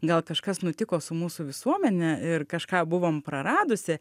gal kažkas nutiko su mūsų visuomene ir kažką buvom praradusi